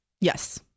Yes